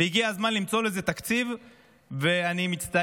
והגיע הזמן למצוא לזה תקציב.